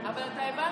אבל אתה הבנת,